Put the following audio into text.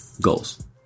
Goals